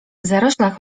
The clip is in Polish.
zaroślach